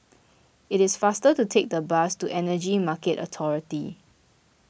it is faster to take the bus to Energy Market Authority